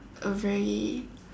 a very